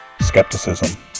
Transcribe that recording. skepticism